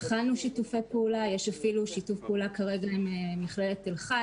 יש שיתוף פעולה כרגע עם מכללת תל חי,